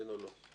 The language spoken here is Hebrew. כן או לא?